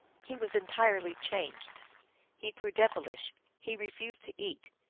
he was entirely changed he grew devil ish he refused to eat,